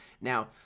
Now